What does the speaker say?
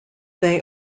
they